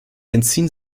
entziehen